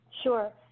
Sure